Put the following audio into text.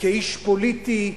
כאיש פוליטי,